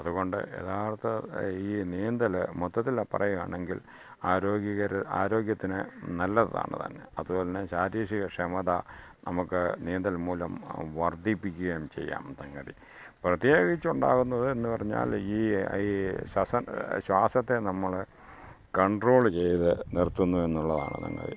അതുകൊണ്ട് യഥാർത്ഥ ഈ നീന്തൽ മൊത്തത്തിൽ പറയുകയാണെങ്കിൽ ആരോഗ്യകരമായ ആരോഗ്യത്തിന് നല്ലതാണ് താനും അതുപോലെതന്നെ ശാരീരിക ക്ഷമത നമുക്ക് നീന്തൽ മൂലം വർദ്ധിപ്പിക്കുകയും ചെയ്യാം സംഗതി പ്രതേകിച്ചുണ്ടാവുന്നത് എന്നു പറഞ്ഞാൽ ഈ ശ്വാസത്തെ നമ്മൾ കണ്ട്രോള് ചെയ്തു നിർത്തുന്നു എന്നുള്ളതാണ് സംഗതി